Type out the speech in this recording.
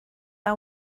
are